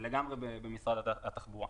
זה לגמרי במשרד התחבורה.